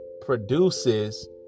Produces